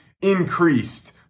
increased